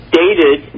dated